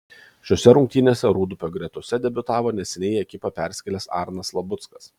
šiose rungtynėse rūdupio gretose debiutavo neseniai į ekipą persikėlęs arnas labuckas